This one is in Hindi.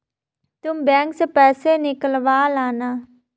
तुम बैंक से पैसे निकलवा लाना